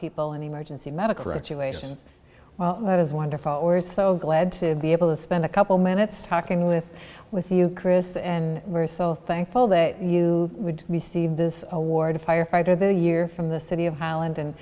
people in emergency medical situations well that is wonderful we're so glad to be able to spend a couple minutes talking with with you chris and we're so thankful that you would receive this award a firefighter the year from the city of highland and